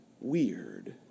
weird